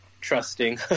trusting